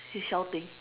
seashell thing